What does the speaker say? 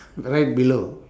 right below